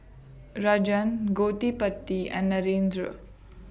Rajan Gottipati and Narendra